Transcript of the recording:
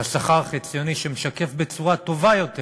על השכר החציוני, שמשקף בצורה טובה יותר